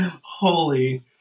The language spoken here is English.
Holy